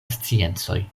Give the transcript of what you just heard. sciencoj